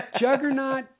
Juggernaut